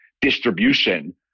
distribution